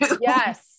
Yes